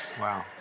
Wow